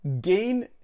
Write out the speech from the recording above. gain